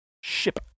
Ship